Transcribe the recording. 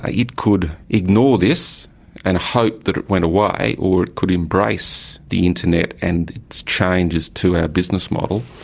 ah it could ignore this and hope that it went away, or it could embrace the internet and its changes to our business model.